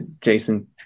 Jason